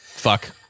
fuck